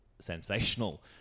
sensational